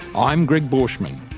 i'm gregg borschmann.